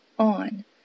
on